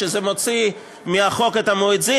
שזה מוציא מהחוק את המואזין?